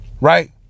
right